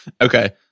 Okay